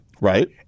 Right